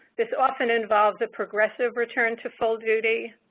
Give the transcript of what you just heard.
this often involves a progressive return to full duty